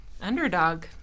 underdog